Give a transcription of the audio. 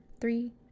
Three